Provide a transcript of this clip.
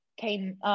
came